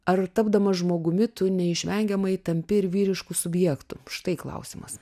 ar tapdamas žmogumi tu neišvengiamai tampi ir vyrišku subjektu štai klausimas